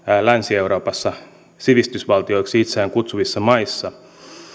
länsi euroopassa sivistysvaltioiksi itseään kutsuvissa maissa